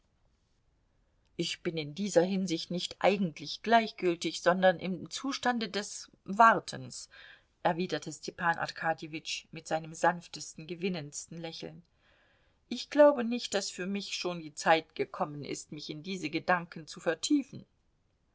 ich bin in dieser hinsicht nicht eigentlich gleichgültig sondern im zustande des wartens erwiderte stepan arkadjewitsch mit seinem sanftesten gewinnendsten lächeln ich glaube nicht daß für mich schon die zeit gekommen ist mich in diese gedanken zu vertiefen